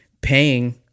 paying